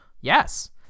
yes